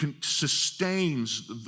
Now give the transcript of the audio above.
sustains